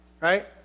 right